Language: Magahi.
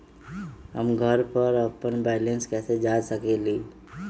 हम घर पर अपन बैलेंस कैसे जाँच कर सकेली?